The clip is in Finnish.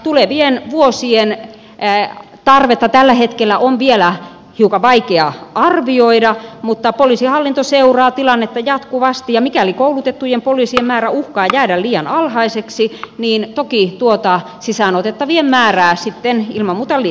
tulevien vuosien tarvetta on tällä hetkellä vielä hiukan vaikea arvioida mutta poliisihallinto seuraa tilannetta jatkuvasti ja mikäli koulutettujen poliisien määrä uhkaa jäädä liian alhaiseksi niin toki tuota sisään otettavien määrää sitten ilman muuta lisätään